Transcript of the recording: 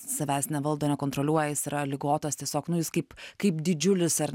savęs nevaldo nekontroliuoja jis yra ligotas tiesiog nu jis kaip kaip didžiulis ar